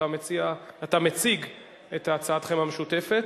אתה מציג את הצעתכם המשותפת,